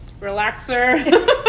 Relaxer